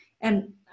and-